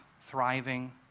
thriving